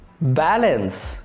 balance